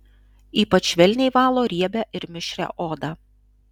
ypač švelniai valo riebią ir mišrią odą